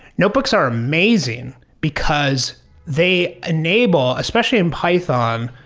notebooks are amazing because they enable especially in python,